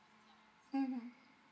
(uh huh)